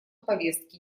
повестки